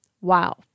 Wow